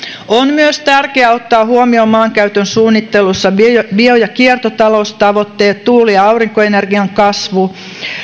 on myös tärkeää ottaa huomioon maankäytön suunnittelussa bio bio ja kiertotaloustavoitteet ja tuuli ja aurinkoenergian kasvu